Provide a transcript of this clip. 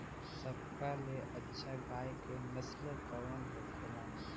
सबका ले अच्छा गाय के नस्ल कवन होखेला?